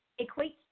equates